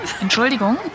Entschuldigung